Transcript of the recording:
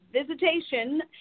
visitation